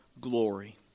glory